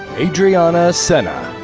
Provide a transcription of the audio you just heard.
adrianna sena.